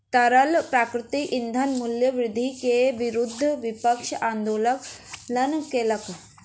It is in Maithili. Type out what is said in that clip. तरल प्राकृतिक ईंधनक मूल्य वृद्धि के विरुद्ध विपक्ष आंदोलन केलक